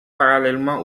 parallèlement